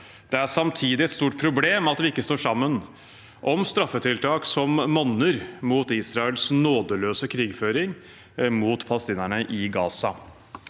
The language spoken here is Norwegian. Det er samtidig et stort problem at vi ikke står sammen om straffetiltak som monner mot Israels nådeløse krigføring mot palestinerne i Gaza.